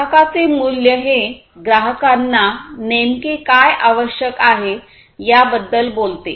ग्राहकांचे मूल्य हे ग्राहकांना नेमके काय आवश्यक आहे याबद्दल बोलते